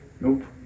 nope